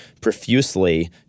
profusely